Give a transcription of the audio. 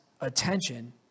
attention